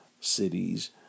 cities